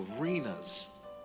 Arenas